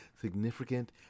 significant